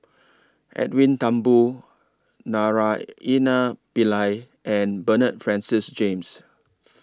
Edwin Thumboo Naraina Pillai and Bernard Francis James